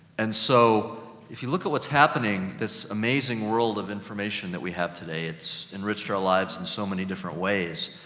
and so, if you look at what's happening, this amazing world of information that we have today, it's enriched our lives in so many different ways.